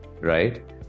right